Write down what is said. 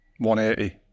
180